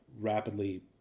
rapidly